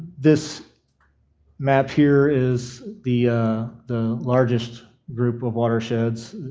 this map here is the the largest group of watersheds,